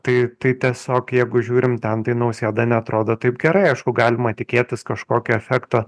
tai tai tiesiog jeigu žiūrim ten tai nausėda neatrodo taip gerai aišku galima tikėtis kažkokio efekto